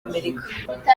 amerika